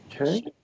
Okay